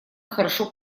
хорошо